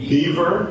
Beaver